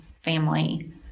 family